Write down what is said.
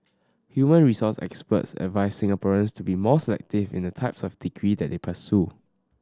human resource experts advised Singaporeans to be more selective in the type of degrees that they pursue